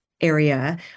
Area